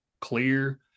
clear